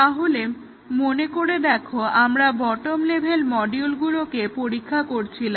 তাহলে মনে করে দেখো আমরা বটম লেভেল মডিউলগুলোকে পরীক্ষা করছিলাম